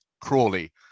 Crawley